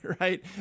Right